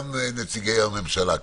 גם נציגי הממשלה,